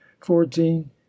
fourteen